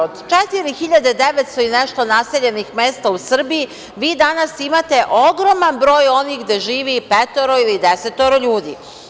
Od četiri hiljade 900 i nešto naseljenih mesta u Srbiji vi danas imate ogroman broj onih gde živi petoro ili desetero ljudi.